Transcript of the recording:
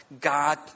God